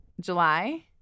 July